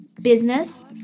business